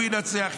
הוא ינצח,